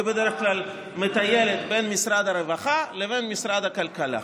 היא בדרך כלל מטיילת בין משרד הרווחה לבין משרד הכלכלה.